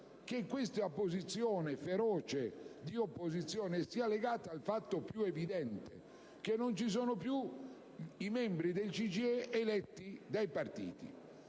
che questa posizione feroce di opposizione sia legata al fatto più evidente che non ci sono più membri del CGIE eletti dai partiti.